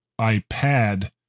iPad